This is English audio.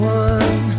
one